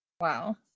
Wow